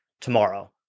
tomorrow